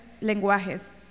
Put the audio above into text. lenguajes